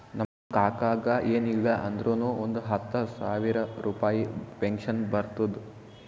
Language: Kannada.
ನಮ್ ಕಾಕಾಗ ಎನ್ ಇಲ್ಲ ಅಂದುರ್ನು ಒಂದ್ ಹತ್ತ ಸಾವಿರ ರುಪಾಯಿ ಪೆನ್ಷನ್ ಬರ್ತುದ್